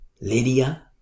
Lydia